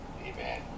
Amen